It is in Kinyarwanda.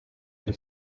ari